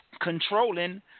controlling